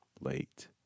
late